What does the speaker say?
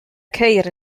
ceir